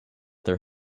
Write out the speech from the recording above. their